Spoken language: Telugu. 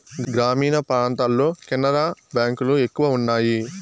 గ్రామీణ ప్రాంతాల్లో కెనరా బ్యాంక్ లు ఎక్కువ ఉన్నాయి